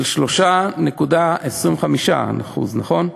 של 3.25%, נכון?